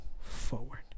forward